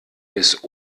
bis